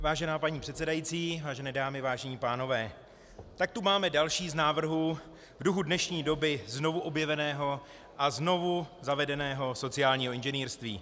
Vážená paní předsedající, vážené dámy, vážení pánové, tak tu máme další z návrhů v duchu dnešní doby znovuobjeveného a znovuzavedeného sociálního inženýrství.